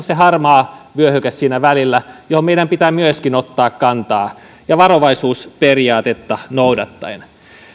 se harmaa vyöhyke siinä välillä johon meidän pitää myöskin ottaa kantaa varovaisuusperiaatetta noudattaen